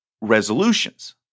resolutions